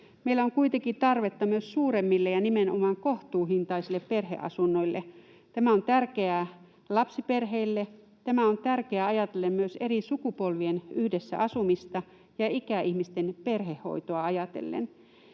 Meillä on kuitenkin tarvetta myös suuremmille ja nimenomaan kohtuuhintaisille perheasunnoille. Tämä on tärkeää lapsiperheille, tämä on tärkeää ajatellen myös eri sukupolvien yhdessä asumista ja ikäihmisten perhehoitoa ajatellen.